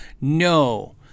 No